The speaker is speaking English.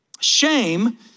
Shame